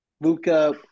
luca